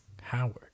Howard